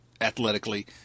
athletically